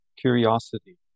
curiosity